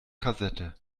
kassette